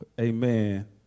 Amen